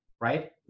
right